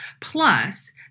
Plus